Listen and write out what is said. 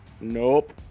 nope